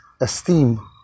esteem